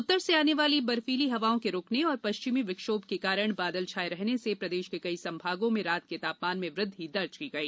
उत्तर से आने वाली बर्फीली हवाओं के रूकने और पश्चिमी विक्षोभ के कारण बादल छाये रहने से प्रदेश के कई संभागों में रात के तापमान में वृद्धि दर्ज की गई